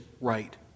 right